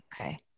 Okay